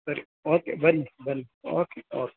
ಸರಿ ಓಕೆ ಬನ್ನಿ ಬನ್ನಿ ಓಕೆ ಓಕೆ